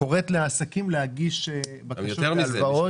הקרן קוראת לעסקים להגיש בקשות להלוואות.